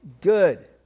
good